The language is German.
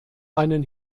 einen